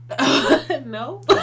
No